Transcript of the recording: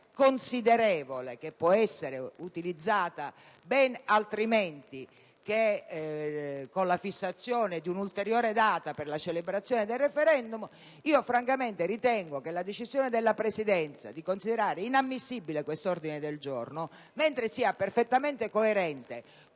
considerevole che può essere utilizzata ben altrimenti che per la fissazione di una data ulteriore per lo svolgimento del *referendum*, francamente ritengo che la decisione della Presidenza di considerare inammissibile l'ordine del giorno G1.1, mentre è perfettamente coerente